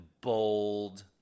bold